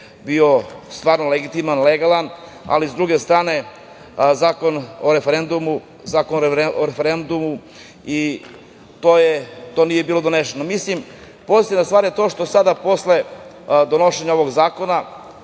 bio stvarno legitiman, legalan, ali, s druge strane, zakon o referendumu nije bilo donešen. Pozitivna stvar je to što sada posle donošenja ovog zakona,